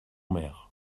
mer